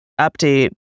update